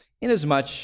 Inasmuch